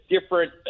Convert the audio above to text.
different